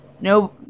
No